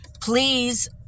please